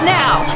now